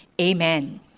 amen